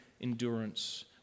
endurance